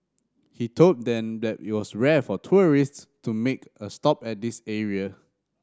he told them that it was rare for tourists to make a stop at this area